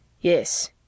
Yes